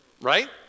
Right